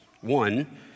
One